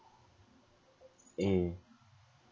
eh